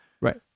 Right